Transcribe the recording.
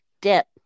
dip